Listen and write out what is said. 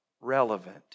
relevant